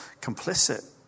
complicit